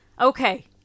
Okay